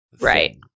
Right